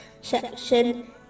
section